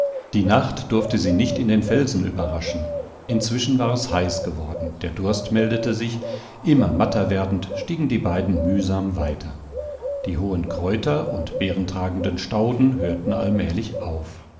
die nacht durfte sie nicht in den felsen überraschen inzwischen war es heiß geworden der durst meldete sich immer matter werdend stiegen die beiden mühsam weiter die hohen kräuter und beerentragenden stauden hörten allmählich auf